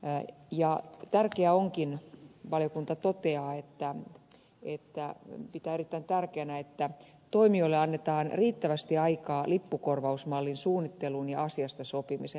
äidit ja tyttäret ja unkin valiokunta toteaa että se pitää erittäin tärkeänä että toimijoille annetaan riittävästi aikaa lippukorvausmallin suunnitteluun ja asiasta sopimiseen